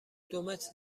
دومتر